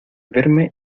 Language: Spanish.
verme